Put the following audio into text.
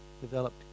developed